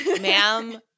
ma'am